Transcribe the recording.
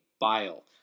bile